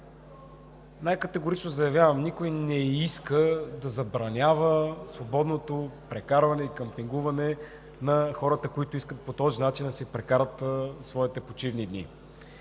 най-категорично заявявам: никой не иска да забранява свободното прекарване и къмпингуване на хората, които по този начин да си прекарат своите почивни дни.